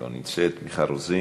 לא נמצאת, מיכל רוזין,